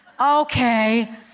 Okay